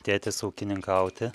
tėtis ūkininkauti